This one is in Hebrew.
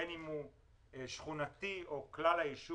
בין אם הוא שכונתי ובין אם חל על כלל הישוב.